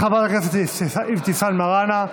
תודה לחברת הכנסת אבתיסאם מראענה.